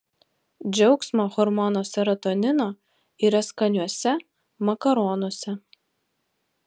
džiaugsmo hormono serotonino yra skaniuose makaronuose